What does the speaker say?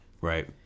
Right